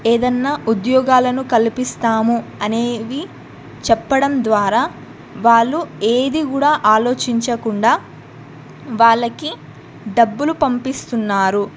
ఏదైనా ఉద్యోగాలను కల్పిస్తాము అనేవి చెప్పడం ద్వారా వాళ్ళు ఏది కూడా ఆలోచించకుండా వాళ్ళకి డబ్బులు పంపిస్తున్నారు